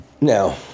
Now